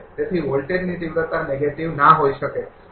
તેથી વોલ્ટેજની તિવ્રતા નેગેટિવ ના હોઈ શકે